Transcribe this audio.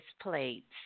plates